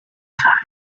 side